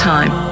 Time